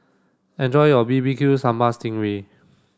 enjoy your B B Q Sambal Sting Ray